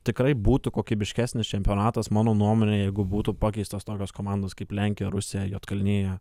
tikrai būtų kokybiškesnis čempionatas mano nuomone jeigu būtų pakeistos tokios komandos kaip lenkija rusija juodkalnija